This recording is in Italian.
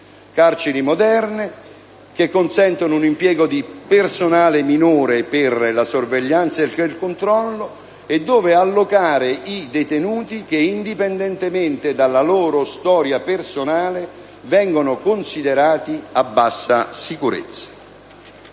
carceri moderne che consentono un impiego di personale minore per la sorveglianza e il controllo, dove allocare i detenuti che, indipendentemente dalla loro storia personale, vengono considerati a bassa sicurezza.